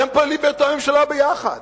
אתם פועלים באותה ממשלה ביחד.